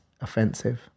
offensive